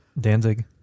Danzig